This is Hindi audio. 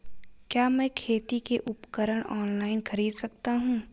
क्या मैं खेती के उपकरण ऑनलाइन खरीद सकता हूँ?